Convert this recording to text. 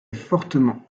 fortement